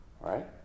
Right